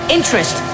Interest